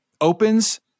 opens